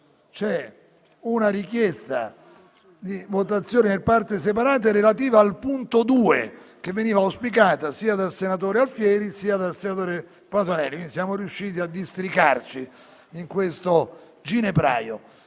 una richiesta di votazione per parti separate relativa al punto 2 del dispositivo, auspicata sia dal senatore Alfieri, sia dal senatore Patuanelli. Siamo riusciti a districarci in questo ginepraio.